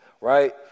Right